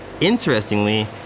Interestingly